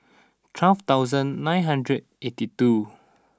twelve thousand nine hundred eighty two